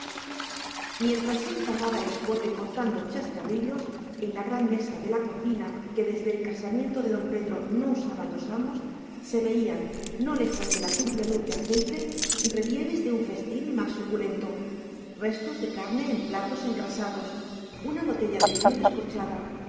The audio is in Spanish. mientras él pagaba el escote contando chascarrillos en la gran mesa de la cocina que desde el casamiento de don pedro no usaban los amos se veían no lejos de la turbia luz de aceite relieves de un festín más suculento restos de carne en platos engrasados una botella de vino descorchada